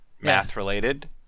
Math-related